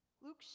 Luke